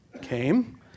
came